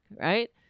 right